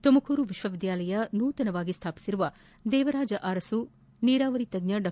ತುಮಕೂರು ವಿಶ್ವವಿದ್ಯಾಲಯ ನೂತನವಾಗಿ ಸ್ಮಾಪಿಸಿರುವ ದೇವರಾಜು ಅರಸು ಹಾಗೂ ನೀರಾವರಿ ತಜ್ಞ ಡಾ